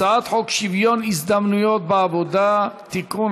הצעת חוק שוויון הזדמנויות בעבודה (תיקון,